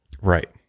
right